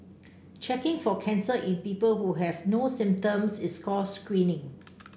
checking for cancer in people who have no symptoms is called screening